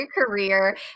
career